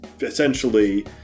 essentially